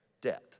Debt